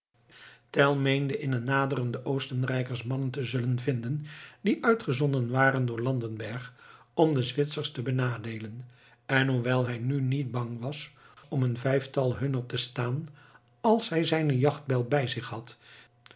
tell meende in de naderende oostenrijkers mannen te zullen vinden die uitgezonden waren door landenberg om de zwitsers te benadeelen en hoewel hij nu niet bang was om een vijftal hunner te staan als hij zijne jachtbijl bij zich had